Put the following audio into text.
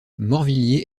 morvilliers